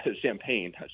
champagne